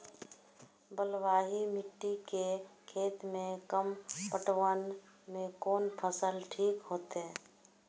बलवाही मिट्टी के खेत में कम पटवन में कोन फसल ठीक होते?